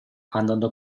andando